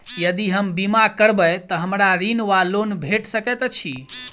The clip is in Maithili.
यदि हम बीमा करबै तऽ हमरा ऋण वा लोन भेट सकैत अछि?